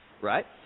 Right